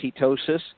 ketosis